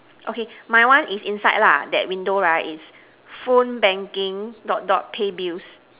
okay my one is inside lah that window right is phone banking dot dot pay bills